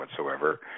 whatsoever